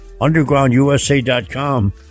undergroundusa.com